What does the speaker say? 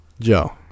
Joe